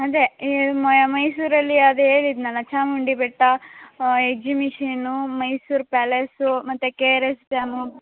ಅದೇ ಮೊಯ ಮೈಸೂರಲ್ಲಿ ಅದೇ ಹೇಳಿದ್ನಲ್ಲಾ ಚಾಮುಂಡಿ ಬೆಟ್ಟ ಎಗ್ಸಿಮಿಷನು ಮೈಸೂರು ಪ್ಯಾಲೇಸು ಮತ್ತು ಕೆ ಆರ್ ಎಸ್ ಡ್ಯಾಮು